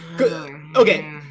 okay